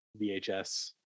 VHS